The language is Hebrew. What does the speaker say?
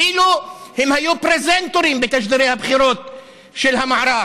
הם אפילו היו פרזנטורים בתשדירי הבחירות של המערך.